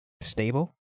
Stable